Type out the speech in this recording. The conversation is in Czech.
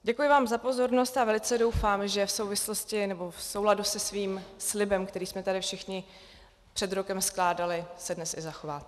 Děkuji vám za pozornost a velice doufám, že v souvislosti nebo v souladu se svým slibem, který jsme tady všichni před rokem skládali, se dnes i zachováte.